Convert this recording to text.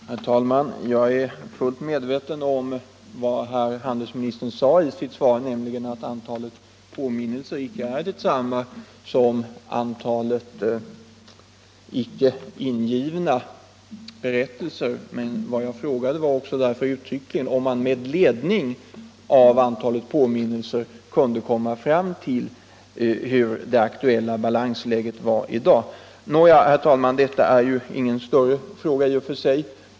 Herr talman! Jag är fullt medveten om vad handelsministern sade i sitt svar, nämligen att antalet påminnelser icke är detsamma som icke ingivna berättelser. Men vad jag frågade var uttryckligen om man med ledning av antalet påminnelser kunde komma fram till hur det aktuella balansläget var i dag. Herr talman, detta är emellertid ingen avgörande fråga i och för sig.